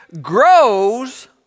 grows